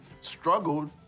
struggled